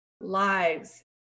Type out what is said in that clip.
lives